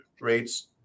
rates